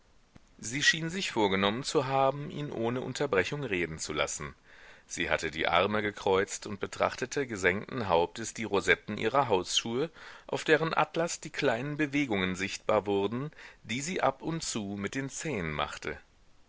sie schien sich vorgenommen zu haben ihn ohne unterbrechung reden zu lassen sie hatte die arme gekreuzt und betrachtete gesenkten hauptes die rosetten ihrer hausschuhe auf deren atlas die kleinen bewegungen sichtbar wurden die sie ab und zu mit den zehen machte